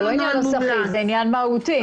זה לא עניין ניסוחי, זה עניין מהותי.